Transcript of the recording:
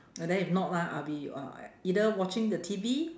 and then if not lah I'll be uh either watching the T_V